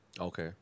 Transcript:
Okay